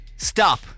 Stop